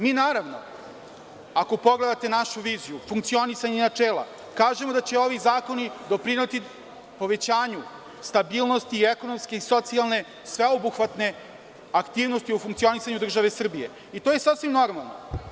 Mi naravno, ako pogledate našu viziju, funkcionisanje načela, kažemo da će ovi zakoni doprineti povećanju stabilnosti, ekonomske i socijalne sveobuhvatne aktivnosti u funkcionisanju države Srbije i to je sasvim normalno.